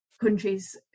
countries